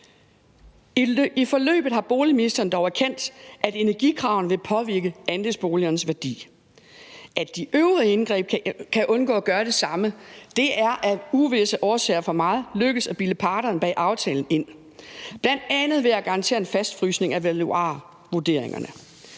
I forløbet har boligministeren dog erkendt, at energikravene vil påvirke andelsboligernes værdi. At de øvrige indgreb kan undgå at gøre det samme, er det af uvisse årsager for mig lykkedes at bilde parterne bag aftalen ind, bl.a. ved at garantere en fastfrysning af valuarvurderingerne